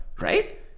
right